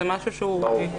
זה משהו --- ברור.